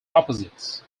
opposites